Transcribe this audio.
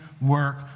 work